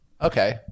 okay